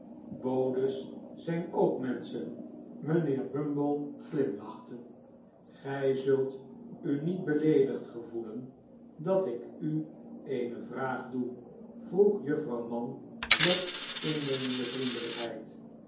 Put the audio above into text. bodes zijn ook menschen mijnheer bumble glimlachte gij zult u niet beleedigd gevoelen dat ik u eene vraag doe vroeg juffrouw mann met innemende vriendelijkheid